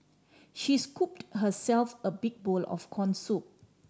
she scooped herself a big bowl of corn soup